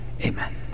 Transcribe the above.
Amen